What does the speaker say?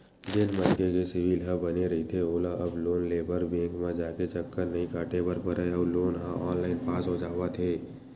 जेन मनखे के सिविल ह बने रहिथे ओला अब लोन लेबर बेंक म जाके चक्कर नइ काटे बर परय अउ लोन ह ऑनलाईन पास हो जावत हे